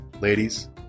ladies